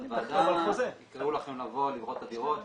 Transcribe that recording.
--- החלטת ועדה יקראו לכם לבוא לראות את הדירות.